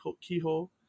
keyhole